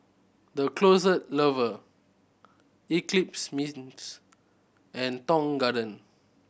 The Closet Lover Eclipse Mints and Tong Garden